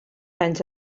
anys